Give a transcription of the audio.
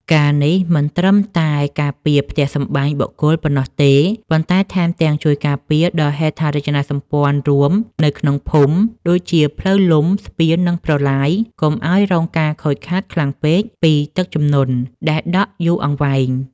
ការណ៍នេះមិនត្រឹមតែការពារផ្ទះសម្បែងបុគ្គលប៉ុណ្ណោះទេ ប៉ុន្តែថែមទាំងជួយការពារដល់ហេដ្ឋារចនាសម្ព័ន្ធរួមនៅក្នុងភូមិ ដូចជាផ្លូវលំ ស្ពាន និងប្រឡាយ កុំឱ្យរងការខូចខាតខ្លាំងពេកពីទឹកជំនន់ដែលដក់យូរអង្វែង។